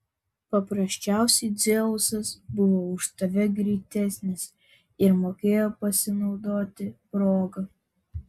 paprasčiausiai dzeusas buvo už tave greitesnis ir mokėjo pasinaudoti proga